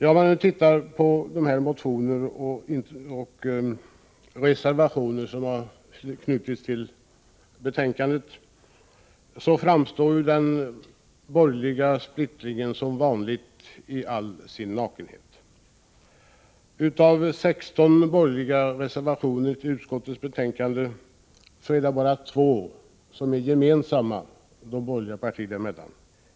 Om man tar del av de motioner och reservationer som har knutits till betänkandet, framträder den borgerliga splittringen som vanligt i all sin nakenhet. Av 16 borgerliga reservationer till utskottets betänkande är det bara 2 som är gemensamma för de borgerliga partierna.